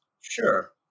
Sure